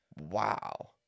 Wow